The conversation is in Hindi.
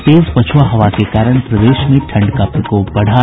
और तेज पछुआ हवा के कारण प्रदेश में ठंड का प्रकोप बढ़ा